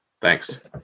Thanks